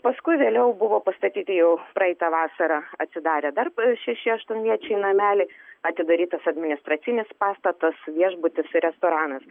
paskui vėliau buvo pastatyti jau praeitą vasarą atsidarė dar šeši aštunviečiai nameliai atidarytas administracinis pastatas viešbutis restoranas